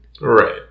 Right